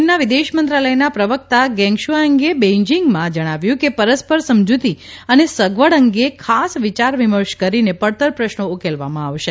ચીનના વિદેશમંત્રાલયના પ્રવકતા ગેંગશુઆંગે બેઇજીગમાં જણાવ્યુ કે પરસ્પર સમજૂતિ અને સગવડ અંગે ખાસ વિયારવિમર્શ કરીને પડતર પ્રશ્નો ઉકેલવામાં આવશે